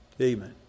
Amen